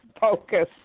focus